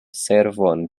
servon